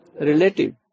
Relative